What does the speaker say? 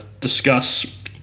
discuss